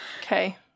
Okay